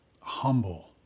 humble